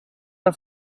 era